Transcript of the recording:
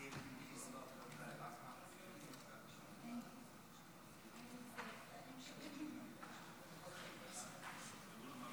כבוד